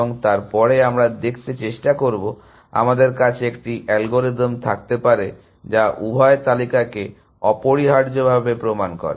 এবং তারপরে আমরা দেখতে চেষ্টা করব আমাদের কাছে একটি অ্যালগরিদম থাকতে পারে যা উভয় তালিকাকে অপরিহার্যভাবে প্রমাণ করে